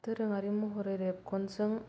दोरोङारि महरै रेबगनजों